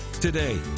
Today